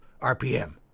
RPM